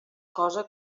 cosa